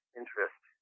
interest